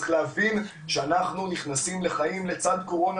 צריך להבין שאנחנו נכנסים לחיים לצד קורונה,